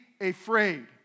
afraid